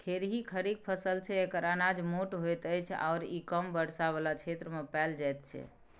खेरही खरीफ फसल छै एकर अनाज मोट होइत अछि आओर ई कम वर्षा बला क्षेत्रमे पाएल जाइत छै